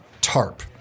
tarp